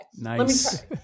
Nice